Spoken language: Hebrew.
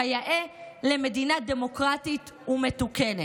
כיאה למדינה דמוקרטית ומתוקנת.